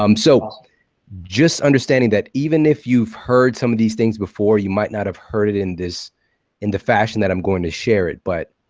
um so just understanding that, even if you've heard some of these things before, you might not have heard it in this in the fashion that i'm going to share it. but